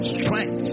strength